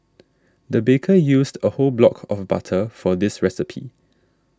the baker used a whole block of butter for this recipe